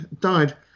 died